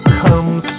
comes